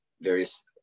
various